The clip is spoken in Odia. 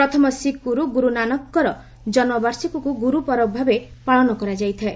ପ୍ରଥମ ଶିଖ୍ଗ୍ରର୍ତ ଗୁରୁ ନାନକଙ୍କର ଜନ୍ମବାର୍ଷିକୀକୁ ଗୁରୁ ପରବ ଭାବେ ପାଳନ କରାଯାଇଥାଏ